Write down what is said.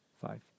five